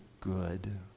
good